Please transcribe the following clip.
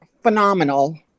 phenomenal